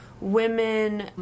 women